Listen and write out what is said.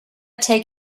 take